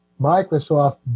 Microsoft